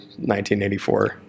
1984